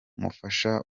umufasha